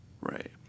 Right